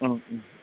ओं ओं